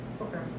Okay